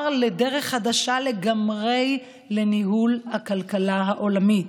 לדרך חדשה לגמרי לניהול הכלכלה העולמית,